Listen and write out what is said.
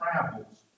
travels